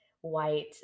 white